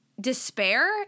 despair